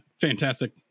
fantastic